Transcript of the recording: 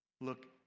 Look